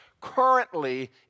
Currently